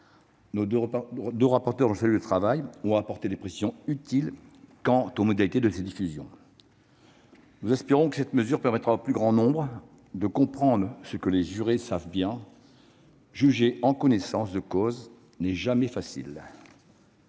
Nos deux rapporteurs, dont je salue le travail, ont apporté des précisions utiles quant aux modalités de ces diffusions. Nous espérons que cette mesure permettra au plus grand nombre de comprendre ce que les jurés savent bien : juger en connaissance de cause n'est jamais facile.